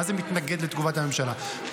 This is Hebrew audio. מה זה מתנגד לתגובת הממשלה?